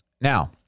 Now